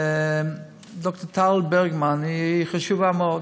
ד"ר טל ברגמן היא חשובה מאוד,